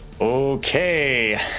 Okay